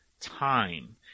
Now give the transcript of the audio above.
time